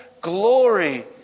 glory